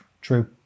true